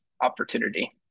opportunity